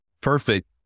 perfect